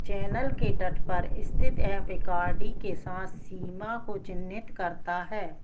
channel के तट पर स्थित यह पिकार्डी के साथ सीमा को चिह्नित करता है